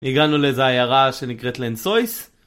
הגענו לאיזה עיירה שנקראת לנסויס